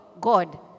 God